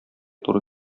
туры